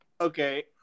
Okay